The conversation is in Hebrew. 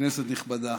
כנסת נכבדה,